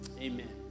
amen